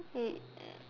um